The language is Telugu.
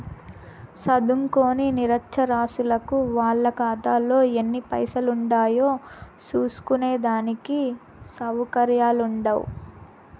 సదుంకోని నిరచ్చరాసులకు వాళ్ళ కాతాలో ఎన్ని పైసలుండాయో సూస్కునే దానికి సవుకర్యాలుండవ్